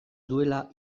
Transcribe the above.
duela